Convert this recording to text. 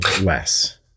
less